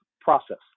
process